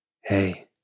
Hey